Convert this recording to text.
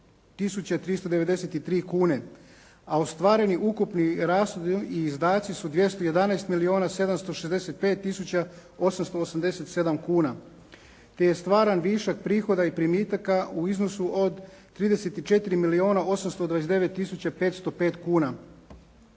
393 kune, a ostvareni ukupni rashodi i izdaci su 211 milijuna 765 tisuća 887 kuna. Te je stvaran višak prihoda i primitaka u iznosu od 34 milijuna